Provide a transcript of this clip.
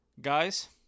guys